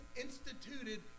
instituted